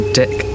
dick